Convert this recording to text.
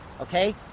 Okay